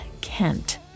Kent